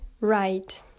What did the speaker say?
right